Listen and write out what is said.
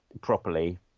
properly